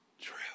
true